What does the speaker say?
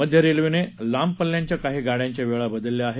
मध्य रेल्वेनं लांब पल्ल्याच्या काही गाड्यांच्या वेळा बदलल्या आहेत